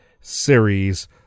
Series